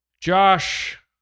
Josh